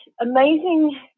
amazing